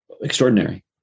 extraordinary